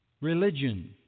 religion